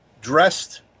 Dressed